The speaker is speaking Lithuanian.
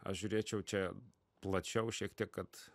aš žiūrėčiau čia plačiau šiek tiek kad